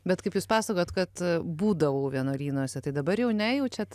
bet kaip jūs pasakojot kad būdavau vienuolynuose tai dabar jau nejaučiat